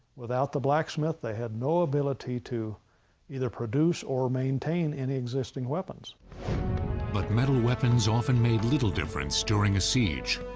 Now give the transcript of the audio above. without the blacksmith, they had no ability to either produce or maintain any existing weapons. narrator but metal weapons often made little difference during a siege.